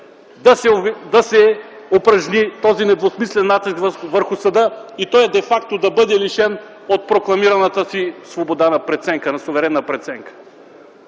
да се упражни този недвусмислен натиск върху съда и той де факто да бъде лишен от прокламираната си свобода на суверенна преценка.